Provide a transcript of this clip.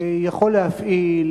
יכול להפעיל,